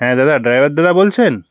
হ্যাঁ দাদা ড্রাইভার দাদা বলছেন